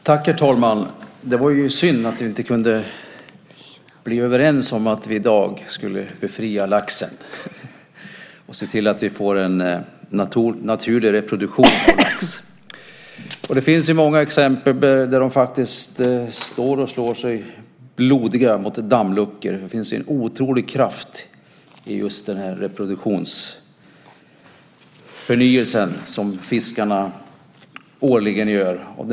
Herr talman! Det var synd att vi inte kunde bli överens om att vi i dag skulle befria laxen och se till att vi får en naturlig reproduktion av lax. Det finns många exempel på att de faktiskt står och slår sig blodiga mot dammluckor. Det finns en otrolig kraft i just fiskarnas årliga reproduktion.